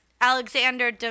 alexander